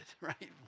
right